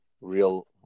real